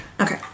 Okay